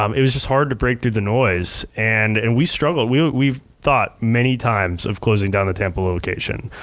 um it was just hard to break through the noise, and and we struggled. we we thought many times of closing down the tampa location.